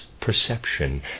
perception